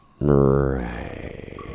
Right